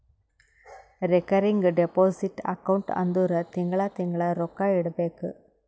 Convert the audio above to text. recurring deposit account ಅಂದುರ್ ತಿಂಗಳಾ ತಿಂಗಳಾ ರೊಕ್ಕಾ ಇಡಬೇಕು